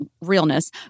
realness